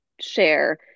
share